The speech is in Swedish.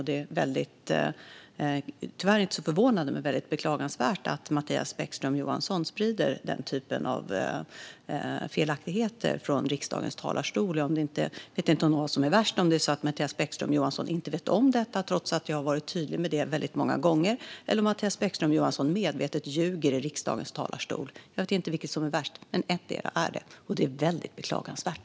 Det är tyvärr inte så förvånande, men väldigt beklagansvärt, att Mattias Bäckström Johansson sprider den typen av felaktigheter från riksdagens talarstol. Jag vet som sagt inte vad som är värst - om Mattias Bäckström Johansson inte vet om detta trots att jag har varit tydlig med det många gånger eller om Mattias Bäckström Johansson medvetet ljuger i riksdagens talarstol. Jag vet inte vilket som är värst, men ettdera är det. Det är beklagansvärt.